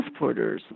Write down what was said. transporters